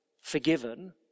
forgiven